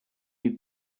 you